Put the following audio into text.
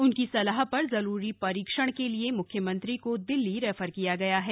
उनकी सलाह पर जरूरी परीक्षण के लिए मुख्यमंत्री को दिल्ली रेफर किया गया है